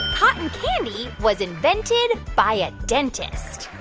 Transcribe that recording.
cotton candy was invented by a dentist?